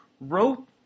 wrote